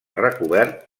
recobert